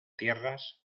tierras